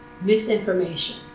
misinformation